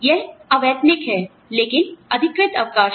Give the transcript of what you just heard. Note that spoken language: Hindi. यह अवैतनिक है लेकिन अधिकृत अवकाश है